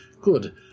Good